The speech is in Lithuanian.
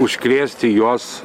užkrėsti juos